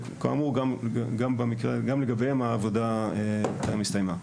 כאמור, גם לגביהם העבודה הסתיימה.